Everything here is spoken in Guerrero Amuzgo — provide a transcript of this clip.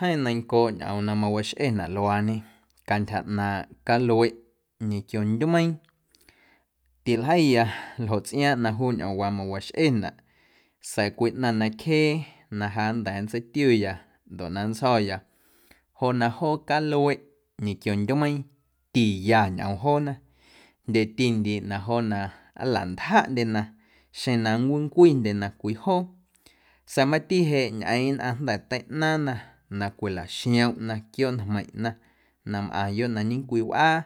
Jeeⁿ neiⁿncooꞌ ñꞌoom na mawaxꞌenaꞌ luaañe cantyja ꞌnaaⁿꞌ calueꞌ ñequio ndyumeiiⁿ tiljeiya ljoꞌ tsꞌiaaⁿꞌ na juu ñꞌoomwaa mawaxꞌenaꞌ sa̱a̱ cwii ꞌnaⁿ na cjee na ja nnda̱a̱ nntseitiuya ndoꞌ na nntsjo̱ya joꞌ na joo calueꞌ ñequio ndyumeiiⁿ tiya ñꞌoom joona jndyeti ndiiꞌ na joona nlantjaꞌndyena xeⁿ na nncwincwindyena cwii joo sa̱a̱ mati jeꞌ ñꞌeeⁿꞌ jnda̱ teiꞌnaaⁿna na cwilaxiomꞌna quiooꞌjmeiⁿꞌna na mꞌaⁿyoꞌ na ñecwii wꞌaa